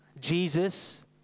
Jesus